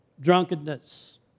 drunkenness